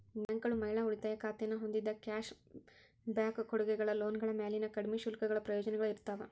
ಬ್ಯಾಂಕ್ಗಳು ಮಹಿಳಾ ಉಳಿತಾಯ ಖಾತೆನ ಹೊಂದಿದ್ದ ಕ್ಯಾಶ್ ಬ್ಯಾಕ್ ಕೊಡುಗೆಗಳ ಲೋನ್ಗಳ ಮ್ಯಾಲಿನ ಕಡ್ಮಿ ಶುಲ್ಕಗಳ ಪ್ರಯೋಜನಗಳ ಇರ್ತಾವ